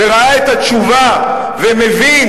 וראה את התשובה ומבין